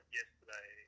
yesterday